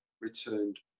returned